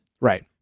Right